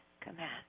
Command